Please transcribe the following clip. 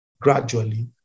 gradually